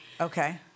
Okay